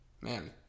Man